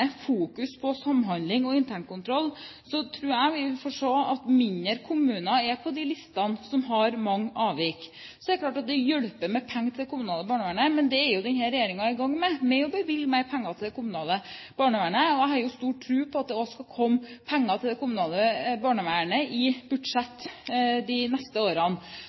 fokus på samhandling og internkontroll tror jeg vi vil få se at færre kommuner er på de listene som har mange avvik. Det er klart at det hjelper med penger til det kommunale barnevernet, men denne regjeringen er jo i gang med å bevilge mer penger til det kommunale barnevernet. Jeg har stor tro på at det også skal komme penger til det kommunale barnevernet i budsjettet de neste årene.